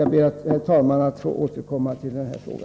Jag ber att senare få återkomma i denna fråga.